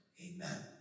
Amen